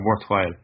worthwhile